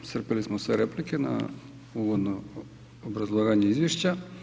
Iscrpili smo sve replike na uvodno obrazlaganje izvješća.